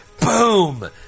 Boom